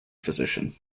physician